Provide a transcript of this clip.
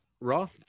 Raw